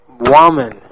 Woman